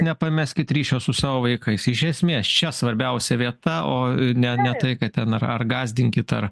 nepameskit ryšio su savo vaikais iš esmės čia svarbiausia vieta o ne ne tai ką ten ar ar gąsdinkit ar